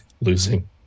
losing